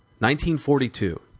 1942